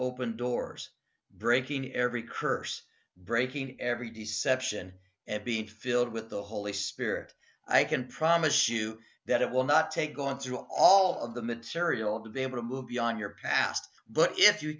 open doors breaking every curse breaking every d section and being filled with the holy spirit i can promise you that it will not take going through all of the material to be able to move beyond your past but if you